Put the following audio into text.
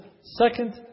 second